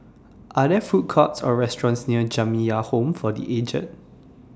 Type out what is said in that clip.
Are There Food Courts Or restaurants near Jamiyah Home For The Aged